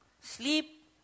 sleep